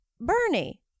Bernie